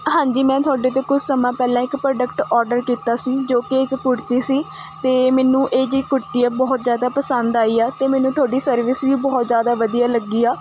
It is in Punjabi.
ਹਾਂਜੀ ਮੈਂ ਤੁਹਾਡੇ ਤੋਂ ਕੁਝ ਸਮਾਂ ਪਹਿਲਾਂ ਇੱਕ ਪ੍ਰੋਡਕਟ ਔਡਰ ਕੀਤਾ ਸੀ ਜੋ ਕਿ ਇੱਕ ਕੁੜਤੀ ਸੀ ਅਤੇ ਮੈਨੂੰ ਇਹ ਜਿਹੜੀ ਕੁੜਤੀ ਹੈ ਬਹੁਤ ਜ਼ਿਆਦਾ ਪਸੰਦ ਆਈ ਆ ਅਤੇ ਮੈਨੂੰ ਤੁਹਾਡੀ ਸਰਵਿਸ ਵੀ ਬਹੁਤ ਜ਼ਿਆਦਾ ਵਧੀਆ ਲੱਗੀ ਆ